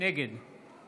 נגד